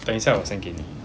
等一下我 send 给你